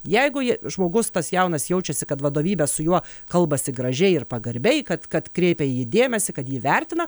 jeigu jie žmogus tas jaunas jaučiasi kad vadovybė su juo kalbasi gražiai ir pagarbiai kad kad kreipia į jį dėmesį kad jį vertina